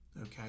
okay